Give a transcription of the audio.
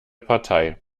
partei